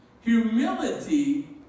Humility